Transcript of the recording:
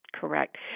Correct